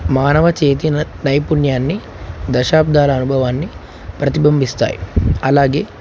మానవ చేతిిన నైపుణ్యాన్ని దశాబ్దాల అనుభవాన్ని ప్రతిబింబిస్తాయి అలాగే